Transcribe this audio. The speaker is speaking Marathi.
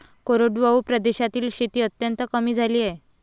कोरडवाहू प्रदेशातील शेती अत्यंत कमी झाली आहे